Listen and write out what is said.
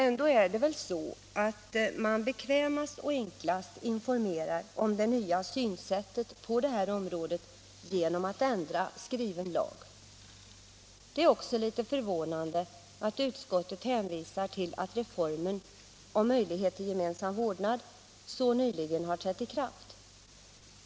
Ändå är det väl så, att man bekvämast och enklast informerar om det nya synsättet på det här området genom att ändra i skriven lag. Det är också litet förvånande att utskottet hänvisar till att reglerna om möjlighet till gemensam vårdnad så nyligen har trätt i kraft.